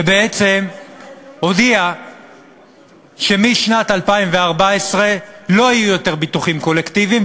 שבעצם הודיע שמשנת 2014 לא יהיו יותר ביטוחים קולקטיביים,